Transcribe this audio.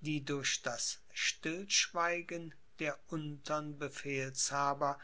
die durch das stillschweigen der untern befehlshaber